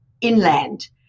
inland